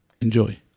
Enjoy